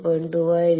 2 ആയിരിക്കും